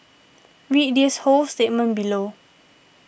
read his whole statement below